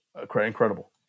incredible